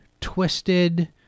twisted